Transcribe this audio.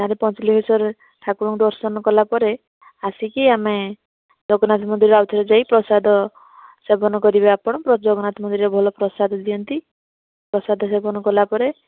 ଆମେ ପଞ୍ଚଲିଙ୍ଗେଶ୍ୱର ଠାକୁରଙ୍କୁ ଦର୍ଶନ କଲାପରେ ଆସିକି ଆମେ ଜଗନ୍ନାଥ ମନ୍ଦିର ଆଉଥରେ ଯାଇ ପ୍ରସାଦ ସେବନ କରିବେ ଆପଣ ଜଗନ୍ନାଥ ମନ୍ଦିରରେ ଭଲ ପ୍ରସାଦ ଦିଅନ୍ତି ପ୍ରସାଦ ସେବନ କଲାପରେ